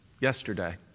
yesterday